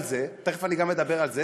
תדע, אפילו גם "חיזבאללה".